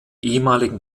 ehemaligen